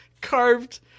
carved